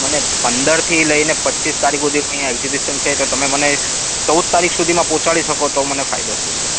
મને પંદરથી લઈને પચીસ તારીખ સુધીનું અહીંયા એક્ઝિબિસન છે તો તમે ચૌદ તારીખ સુધીમાં પહોંચાડી શકો તો મને ફાયદો થશે